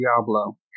Diablo